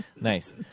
Nice